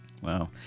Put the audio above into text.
Wow